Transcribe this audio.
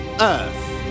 Earth